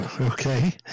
Okay